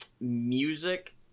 music